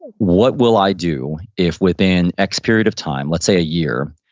what will i do if within x period of time, let's say a year,